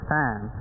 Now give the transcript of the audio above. time